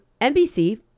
NBC